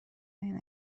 این